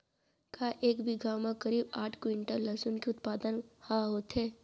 का एक बीघा म करीब आठ क्विंटल लहसुन के उत्पादन ह होथे?